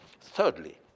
Thirdly